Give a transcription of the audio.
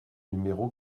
numéro